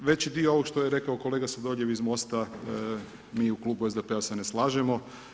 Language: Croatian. Veći dio ovog što je rekao kolega Sladoljev iz Mosta mi u klubu SDP-a se ne slažemo.